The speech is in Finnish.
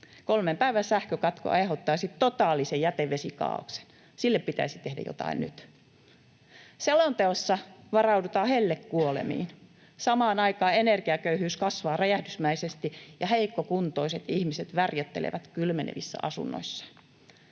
Kolmen päivän sähkökatko aiheuttaisi totaalisen jätevesikaaoksen — sille pitäisi tehdä jotain nyt. Selonteossa varaudutaan hellekuolemiin, ja samaan aikaan energiaköyhyys kasvaa räjähdysmäisesti ja heikkokuntoiset ihmiset värjöttelevät kylmenevissä asunnoissaan.